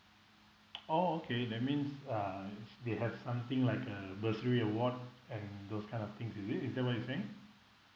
oh okay that means um they have something like a bursary award and those kind of things is it is that what you were saying